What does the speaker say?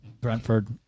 Brentford